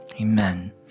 amen